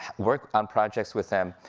work on projects with them,